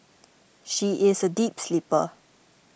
she is a deep sleeper